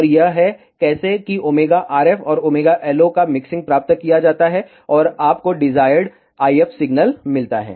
और यह है कैसे की ωRF और ωLO का मिक्सिंग प्राप्त किया जाता है और आपको डिजायर्ड IF सिग्नल मिलता है